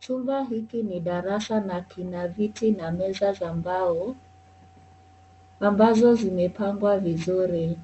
Chumba hiki ni darasa na kina viti na meza za mbao, ambazo zimepangwa vizuri.